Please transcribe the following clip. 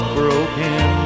broken